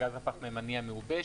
הגז הפחממני המעובה,